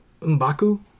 M'Baku